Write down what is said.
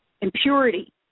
impurity